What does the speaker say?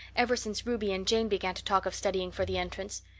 ever since ruby and jane began to talk of studying for the entrance.